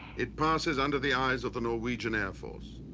it passes under the eyes of the norwegian air force.